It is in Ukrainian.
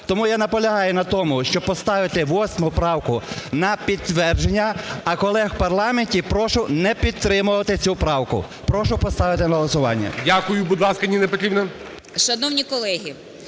Тому я наполягаю на тому, щоб поставити 8 правку на підтвердження, а колег у парламенті прошу не підтримувати цю правку. Прошу поставити на голосування. ГОЛОВУЮЧИЙ. Дякую. Будь ласка, Ніна Петрівна.